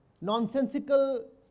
nonsensical